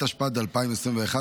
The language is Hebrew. התשפ"ב 2021,